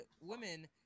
women